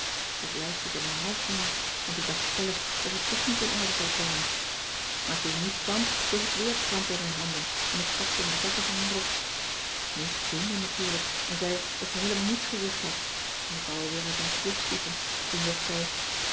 ik luisterde maar half meer want ik dacht stellig dat het toch niet in orde zou komen maar toen mies kwam kreeg ik weer kramp in mijn handen en ik stak ze in de zakken van mijn rok mies griende natuurlijk en zei dat ze heelemaal niets gezegd had en ik wou al weer uit mijn slof schieten toen jog zei